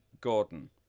Gordon